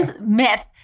myth